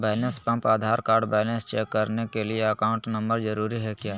Balance pump Aadhaar card balance check करने के लिए अकाउंट नंबर जरूरी है क्या?